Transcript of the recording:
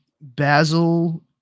basil